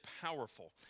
powerful